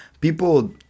people